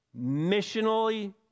missionally